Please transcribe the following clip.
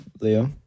Leo